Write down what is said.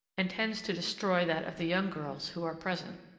and tends to destroy that of the young girls who are present.